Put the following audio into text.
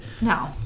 No